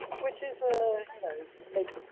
which is a, you know, make it,